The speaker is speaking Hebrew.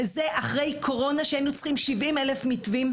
וזה אחרי קורונה שהיינו צריכים 70,000 מתווים,